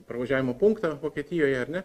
pravažiavimo punktą vokietijoje ar ne